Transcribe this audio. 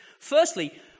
Firstly